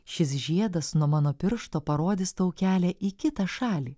šis žiedas nuo mano piršto parodys tau kelią į kitą šalį